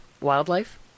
wildlife